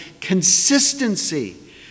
Consistency